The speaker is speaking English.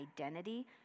identity